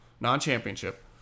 Non-championship